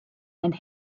and